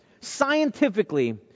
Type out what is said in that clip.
Scientifically